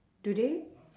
do they